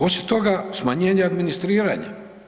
Osim toga, smanjenje administriranja.